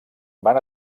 van